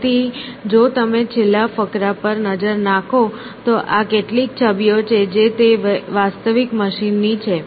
તેથી જો તમે છેલ્લા ફકરા પર નજર નાખો તો આ કેટલીક છબીઓ છે જે તે વાસ્તવિક મશીનોની છે